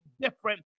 different